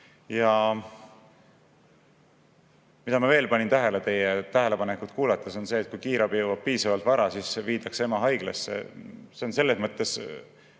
Ja mida ma veel panin tähele teie tähelepanekuid kuulates, on see, et kui kiirabi jõuab piisavalt vara, siis viiakse ema haiglasse. See on selles mõttes